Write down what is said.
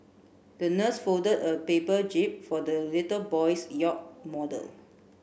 the nurse folded a paper jib for the little boy's yacht model